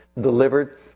Delivered